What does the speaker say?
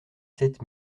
sept